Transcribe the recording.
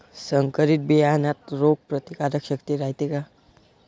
संकरित बियान्यात रोग प्रतिकारशक्ती रायते का?